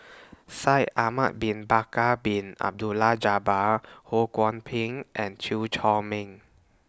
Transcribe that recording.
Shaikh Ahmad Bin Bakar Bin Abdullah Jabbar Ho Kwon Ping and Chew Chor Meng